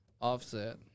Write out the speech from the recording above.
offset